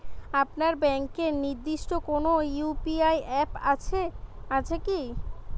আপনার ব্যাংকের নির্দিষ্ট কোনো ইউ.পি.আই অ্যাপ আছে আছে কি?